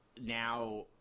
now